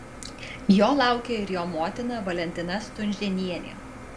jo laukia ir jo motina valentina stunžėnienė